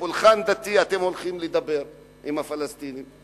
פולחן דתי אתם הולכים לדבר עם הפלסטינים?